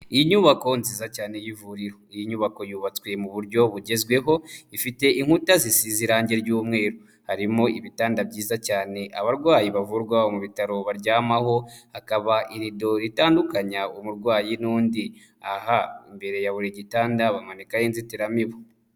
Inyubako nziza cyane yivuriro, iyi nyubako yubatswe mu buryo bugezweho, ifite inkuta zisize irangi ry'umweru. Harimo ibitanda byiza cyane. Abarwayi bavurwa mu bitaro baryamaho hakaba irido itandukanya umurwayi n'undi. Aha imbere ya buri gitanda bamanikaho inzitiramibu.